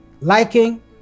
liking